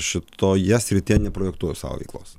šitoje srityje neprojektuoju savo veiklos